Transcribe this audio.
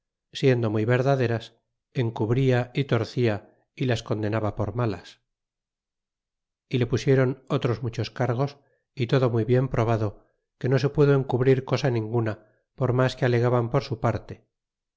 siendo muy verdaderas encubria y torcia y las condenaba por malas y le pusieron otros muchos cargos y todo muy bien probado que no se pudo encubrir cosa ninguna por mas que alegaban por su parte